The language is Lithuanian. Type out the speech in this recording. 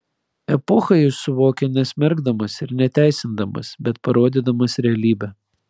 epochą jis suvokia nesmerkdamas ir neteisindamas bet parodydamas realybę